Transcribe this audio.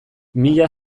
mila